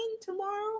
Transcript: tomorrow